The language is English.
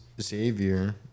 Xavier